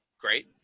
Great